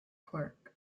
clerk